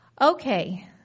Okay